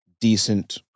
decent